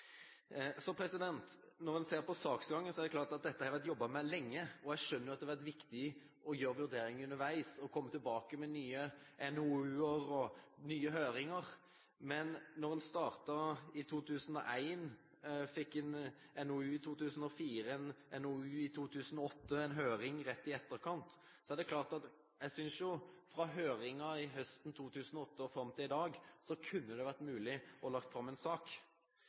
Når en ser på saksgangen, er det klart at det har vært jobbet med dette lenge, og jeg skjønner at det har vært viktig å gjøre vurderinger underveis og komme tilbake med NOU-er og nye høringer. Men en startet i 2001, fikk en NOU i 2004, en NOU i 2008 og en høring rett i etterkant, og da synes jeg at det fra høringen høsten 2008 og fram til i dag burde vært mulig å legge fram en sak.